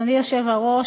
אדוני היושב-ראש,